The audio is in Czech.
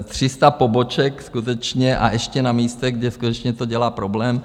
300 poboček skutečně, a ještě na místech, kde skutečně to dělá problém.